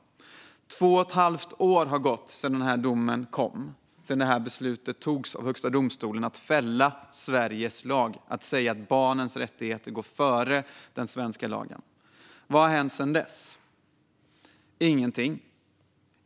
Två och ett halvt år har gått sedan denna dom kom och sedan Högsta domstolen fattade beslut om att fälla Sveriges lag genom att säga att barnens rättigheter går före den svenska lagen. Vad har hänt sedan dess? Ingenting!